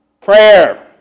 prayer